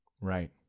Right